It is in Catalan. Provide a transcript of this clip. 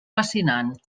fascinant